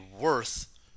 worth